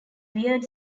weird